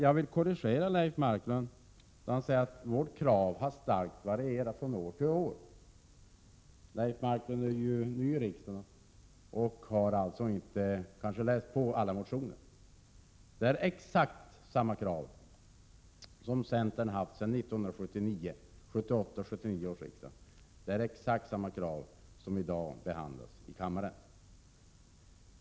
Jag vill korrigera Leif Marklund på följande punkt. Han säger att vårt krav har varierat starkt från år till år. Men Leif Marklund är ny här i riksdagen. Kanske har han inte läst alla motioner. Jag vill dock framhålla att centern alltsedan 1978/79 års riksmöte har ställt exakt samma krav som det som i dag behandlas här i kammaren.